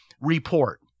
report